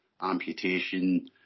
amputation